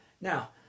Now